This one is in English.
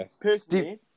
personally